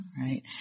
right